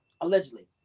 allegedly